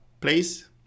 Please